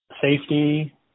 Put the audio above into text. Safety